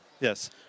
Yes